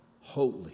holy